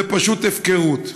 זו פשוט הפקרות.